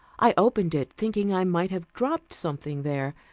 i opened it, thinking i might have dropped something there,